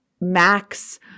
Max –